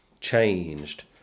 changed